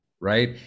right